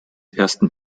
ersten